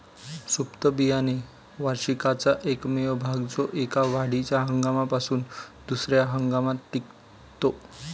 सुप्त बियाणे वार्षिकाचा एकमेव भाग जो एका वाढीच्या हंगामापासून दुसर्या हंगामात टिकतो